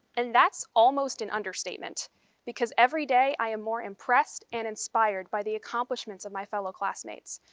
and that's almost an understatement because every day i am more impressed and inspired by the accomplishments of my fellow classmates,